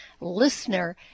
listener